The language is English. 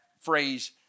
phrase